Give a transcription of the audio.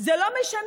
זה לא משנה.